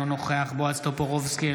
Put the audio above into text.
אינו נוכח בועז טופורובסקי,